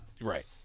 right